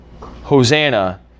Hosanna